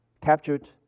captured